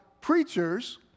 preachers